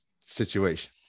situation